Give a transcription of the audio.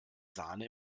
sahne